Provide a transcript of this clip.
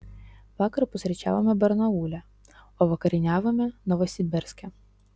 vakar pusryčiavome barnaule o vakarieniavome novosibirske